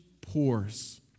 pours